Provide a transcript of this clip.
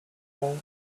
won’t